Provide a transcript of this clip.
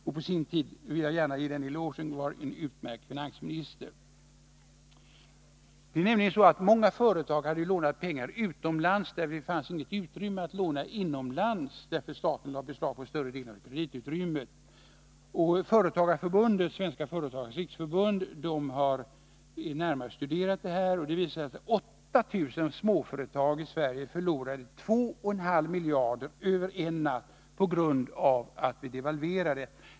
Jag vill ge honom den elogen att han på sin tid var en utmärkt finansminister. Många företag hade lånat pengar utomlands, eftersom det inte fanns något utrymme att låna pengar inom landet. Staten lade ju beslag på större delen av kreditutrymmet. Svenska företagares riksförbund har närmare studerat detta. Det visade sig att 8 000 småföretag i Sverige förlorade sammanlagt 2,5 miljarder över en natt på grund av att vi devalverade.